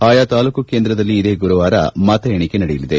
ಆಯಾ ತಾಲ್ಲೂಕು ಕೇಂದ್ರದಲ್ಲಿ ಇದೇ ಗುರುವಾರ ಮತ ಎಣಿಕೆ ನಡೆಯಲಿದೆ